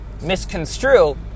misconstrue